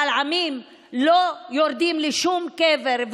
אבל עמים לא יורדים לשום קבר,